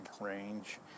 range